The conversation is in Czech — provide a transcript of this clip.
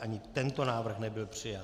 Ani tento návrh nebyl přijat.